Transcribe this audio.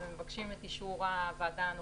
ומבקשים את אישור הוועדה הנוכחית.